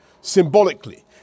symbolically